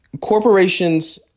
corporations